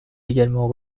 également